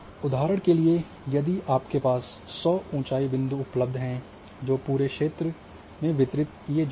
उदाहरण के लिए यदि आपके पास सौ ऊँचाई बिंदु उपलब्ध हैं जो पूरे क्षेत्र में वितरित किए जाते हैं